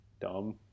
dumb